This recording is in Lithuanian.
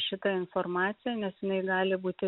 šitą informaciją nes jinai gali būti